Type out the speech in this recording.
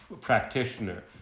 practitioner